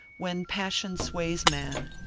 when passion sways man,